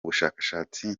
bushakashatsi